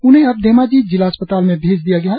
उन्हें अब धेमाजी जिला अस्पताल में भेज दिया गया है